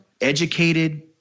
educated